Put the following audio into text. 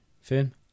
Film